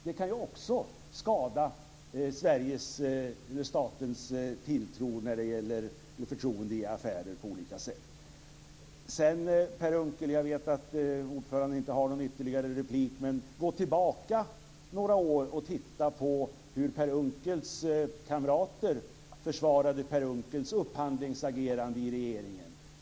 Det kan också skada statens trovärdighet när det gäller förtroendet i affärer på olika sätt. Så en annan sak, Per Unckel. Jag vet att ordföranden inte har någon ytterligare replik, men gå tillbaka några år och titta på hur Per Unckels kamrater försvarade Per Unckels upphandlingsagerande i regeringen.